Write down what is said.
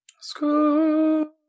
School